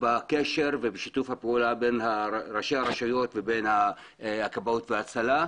בקשר ובשיתוף הפעולה בין ראשי הרשויות לבין כבאות והצלה.